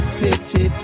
pity